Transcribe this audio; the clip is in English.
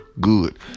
good